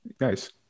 nice